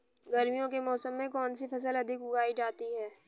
गर्मियों के मौसम में कौन सी फसल अधिक उगाई जाती है?